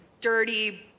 dirty